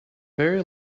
very